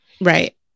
right